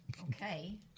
okay